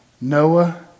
Noah